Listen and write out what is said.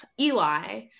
Eli